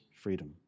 freedom